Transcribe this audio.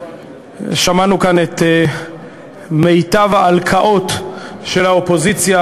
שמענו כאן בשעתיים האחרונות את מיטב ההלקאות של האופוזיציה